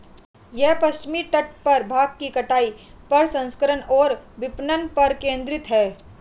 यह पश्चिमी तट पर भांग की कटाई, प्रसंस्करण और विपणन पर केंद्रित है